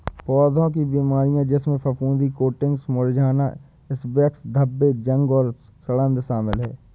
पौधों की बीमारियों जिसमें फफूंदी कोटिंग्स मुरझाना स्कैब्स धब्बे जंग और सड़ांध शामिल हैं